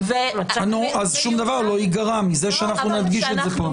אז שום דבר לא ייגרע מזה שאנחנו נדגיש את זה פה.